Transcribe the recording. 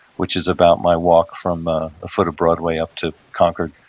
which is about my walk from a ah foot of broadway up to concord,